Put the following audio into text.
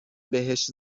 بهش